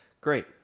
Great